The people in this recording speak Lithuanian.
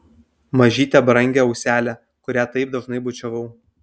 mažytę brangią auselę kurią taip dažnai bučiavau